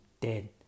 dead